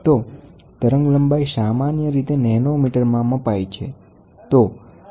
તો તરંગ લંબાઈ સામાન્ય રીતે નેનોમીટર માં મપાય છે